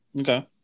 Okay